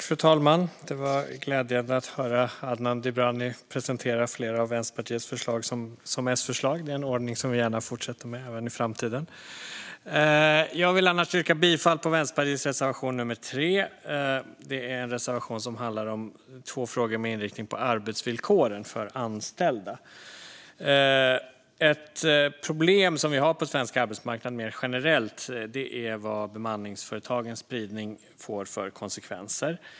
Fru talman! Det var glädjande att höra Adnan Dibrani presentera flera av Vänsterpartiets förslag som S-förslag. Det är en ordning som vi gärna fortsätter med även i framtiden! Jag yrkar bifall till Vänsterpartiets reservation 3. Det är en reservation som handlar om två frågor med inriktning på arbetsvillkoren för anställda. Ett problem som vi har på svensk arbetsmarknad mer generellt är vad bemanningsföretagens spridning får för konsekvenser.